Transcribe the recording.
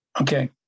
Okay